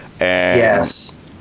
Yes